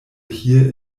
hier